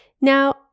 Now